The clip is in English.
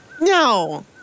No